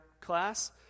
class